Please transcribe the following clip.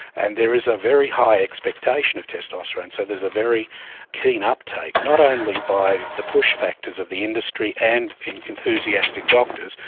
and there is a very high expectation of testosterone. so there's a very keen uptake, not only by the push factors of the industry and enthusiastic doctors,